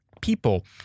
people